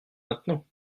maintenant